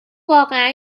واقعا